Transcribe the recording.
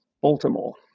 baltimore